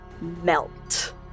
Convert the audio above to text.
melt